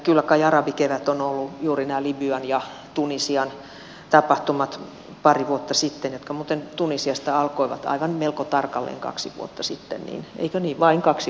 kyllä kai arabikevät juuri nämä libyan ja tunisian tapahtumat pari vuotta sitten jotka muuten tunisiasta alkoivat melko tarkalleen kaksi vuotta sitten eikö niin vain kaksi vuotta sitten